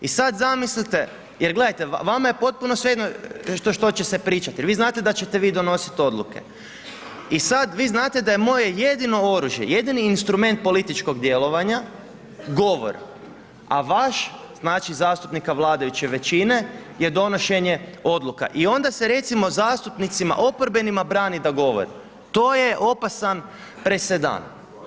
I sada zamislite, jer gledajte, vama je potpuno svejedno što će se pričati jer vi znadete da ćete vi donositi odluke i sada vi znate da je moje jedino oružje, jedini instrument političkog djelovanja govor, a vaš znači zastupnika vladajuće većine je donošenje odluka i onda se recimo zastupnicima oporbenima brani da govore, to je opasan presedan.